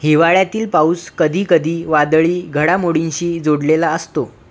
हिवाळ्यातील पाऊस कधीकधी वादळी घडामोडींशी जोडलेला असतो